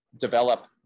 develop